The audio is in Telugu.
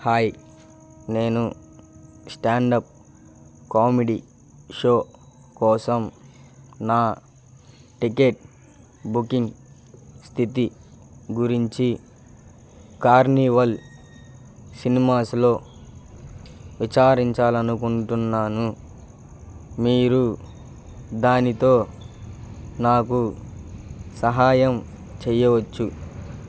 హాయ్ నేను స్టాండ్ అప్ కామెడీ షో కోసం నా టికెట్ బుకింగ్ స్థితి గురించి కార్నివల్ సినిమాస్లో విచారించాలి అనుకుంటున్నాను మీరు దానితో నాకు సహాయం చెయ్యవచ్చు